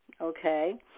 okay